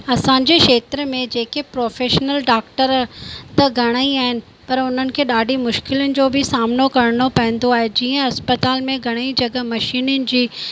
असांजे खेत्र में जेके प्रोफेशनल डॉक्टर त घणेई आहिनि पर उन्हनि खे ॾाढी मुश्किलुनि जो बि सामिनो करिणो पवंदो आहे जीअं अस्पताल में घणेई जॻहि मशीनियुनि जी